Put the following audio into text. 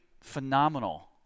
phenomenal